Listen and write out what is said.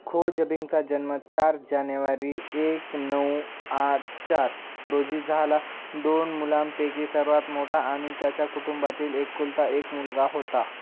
खो Jabing जन्म चार जानेवारी एक नऊ आठ चार रोजी झाला दोन मुलांपैकी सर्वात मोठा आणि त्याच्या कुटुंबातील एकुलता एक मुलगा होता